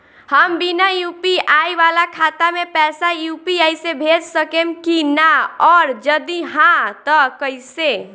हम बिना यू.पी.आई वाला खाता मे पैसा यू.पी.आई से भेज सकेम की ना और जदि हाँ त कईसे?